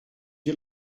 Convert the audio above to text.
you